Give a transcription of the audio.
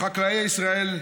לחקלאי ישראל,